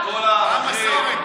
מה מסורת?